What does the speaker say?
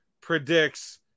predicts